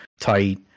tight